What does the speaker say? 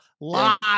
lot